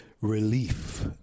relief